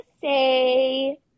say